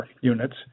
units